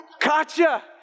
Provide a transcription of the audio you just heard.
gotcha